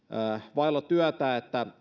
vaille työtä